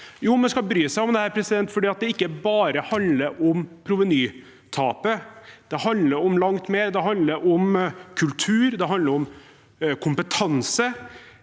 Jo, man skal bry seg om dette fordi det ikke bare handler om provenytapet. Det handler om langt mer – det handler om kultur, det